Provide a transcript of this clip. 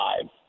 five